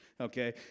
Okay